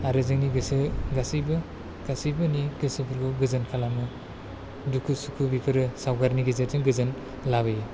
आरो जोंनि गोसो गासिबो गासिबोनि गोसोफोरखौ गोजोन खालामो दुखु सुखु बेफोरो सावगारिनि गेजेरजों गोजोन लाबोयो